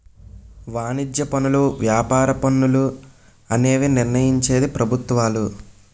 వాణిజ్య పనులు వ్యాపార పన్నులు అనేవి నిర్ణయించేది ప్రభుత్వాలు